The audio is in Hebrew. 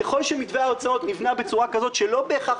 ככל שמבנה ההוצאות נבנה בצורה כזאת שלא בהכרח